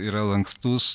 yra lankstus